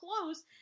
close